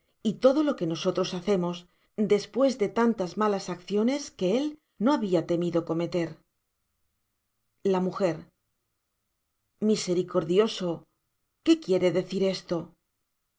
y todo lo que nosotros hacemos despues de tantas malas acciones que él no habia temido eometer la m misericordioso qué quiere decir esto